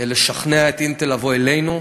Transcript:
לשכנע את "אינטל" לבוא אלינו.